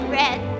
red